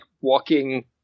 walking